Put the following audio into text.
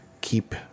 keep